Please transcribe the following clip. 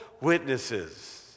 witnesses